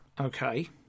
okay